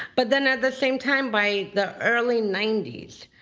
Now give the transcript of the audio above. but then at the same time, by the early ninety s,